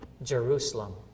Jerusalem